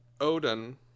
Odin